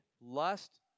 lust